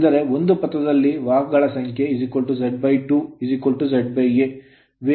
ಅಂದರೆ ಒಂದು ಪಥದಲ್ಲಿ ವಾಹಕಗಳ ಸಂಖ್ಯೆ Z 2 Z A wave ತರಂಗ ಸಂಪರ್ಕಕ್ಕಾಗಿ